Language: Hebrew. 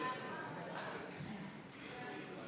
נתקבלו.